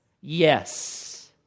yes